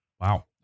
Wow